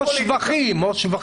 או שבחים.